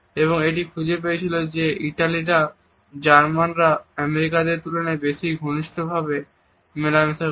এবং এটি খুঁজে পেয়েছিল যে ইতালিয়ানরা জার্মানরা আমেরিকানদের তুলনায় বেশি ঘনিষ্ঠভাবে মেলামেশা করে